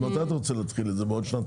אז מתי אתה רוצה להתחיל את זה, בעוד שנתיים?